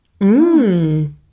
Mmm